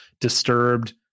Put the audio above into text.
disturbed